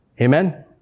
Amen